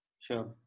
sure